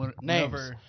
Names